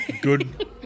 Good